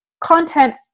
content